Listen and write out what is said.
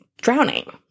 drowning